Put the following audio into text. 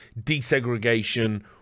desegregation